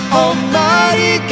almighty